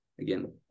again